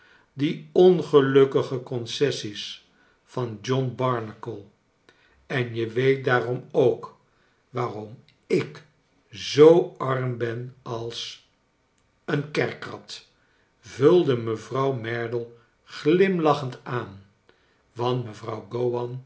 die ongelukkige concessies van john barnacle en je weet daarom ook waarom ik zoo arm ben als een kerkrat vulde mevrouw merdle glimlachend aan want mevrouw